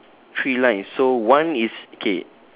three lines so one is okay